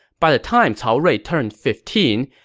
by the time cao rui turned fifteen,